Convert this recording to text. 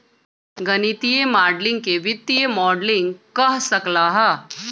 गणितीय माडलिंग के वित्तीय मॉडलिंग कह सक ल ह